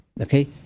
okay